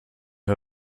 are